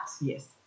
Yes